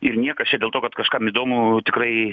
ir niekas čia dėl to kad kažkam įdomu tikrai